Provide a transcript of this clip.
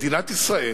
מדינת ישראל